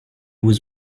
was